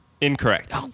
incorrect